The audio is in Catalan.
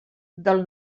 del